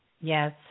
Yes